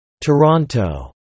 Toronto